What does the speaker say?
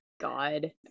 God